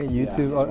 YouTube